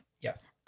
Yes